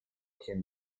всем